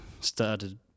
started